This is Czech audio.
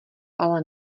ale